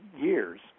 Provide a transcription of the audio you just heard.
years